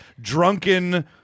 drunken